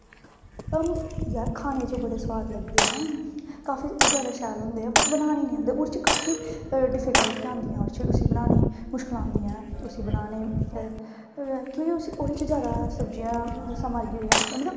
ma'am खाने च यार बड़े सुआद लगदे ऐ काफी जैदा शैल होंदे ऐ बट बनाने नीं आंदे उ'दे च काफी डिफिकल्टी आंदियां बड़ियां मुश्कलां आंदियां न उसी बनाने च जैदा सब्जियां समाई एह् दियां मतलब